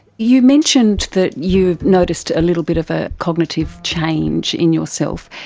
you mentioned that you noticed a little bit of a cognitive change in yourself.